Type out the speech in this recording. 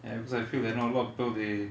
because I feel that you know a lot of people they